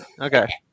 okay